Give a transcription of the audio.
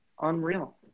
unreal